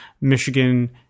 Michigan